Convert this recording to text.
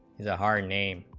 the heart name